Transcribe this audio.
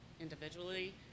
individually